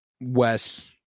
Wes